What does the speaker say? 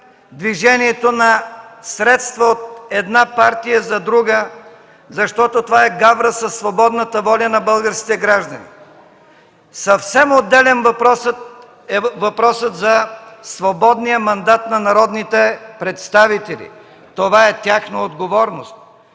движението на средства от една партия за друга, защото това е гавра със свободната воля на българските граждани. Съвсем отделен е въпросът за свободния мандат на народните представители. Това е тяхна отговорност.